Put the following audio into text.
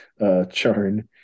Charn